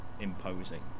imposing